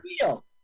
real